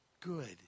good